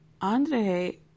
Andre